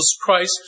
Christ